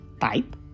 type